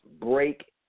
break